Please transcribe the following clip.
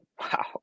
wow